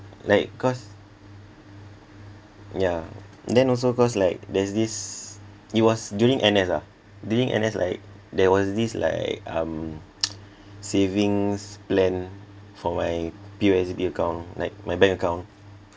like cause yeah then also cause like there's this it was during N_S ah during N_S like there was this like um savings plan for my P_O_S_B account like my bank account